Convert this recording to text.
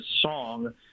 song